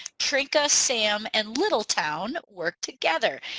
trinka, sam and little town work together.